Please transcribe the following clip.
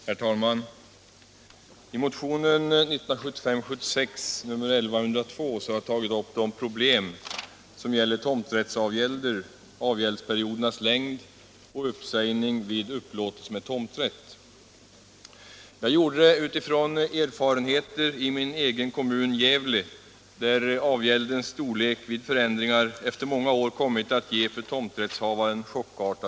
Herr talman! I motionen 1975/76:1102 har jag tagit upp de problem som gäller tomträttsavgälder, avgäldsperiodernas längd och uppsägning vid upplåtelse med tomträtt. Jag gjorde det utifrån erfarenheter i min egen kommun Gävle, där avgälden vid förändringar efter många år höjts chockartat för tomträttshavaren.